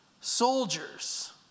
soldiers